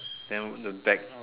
then the back